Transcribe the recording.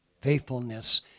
Faithfulness